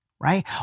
Right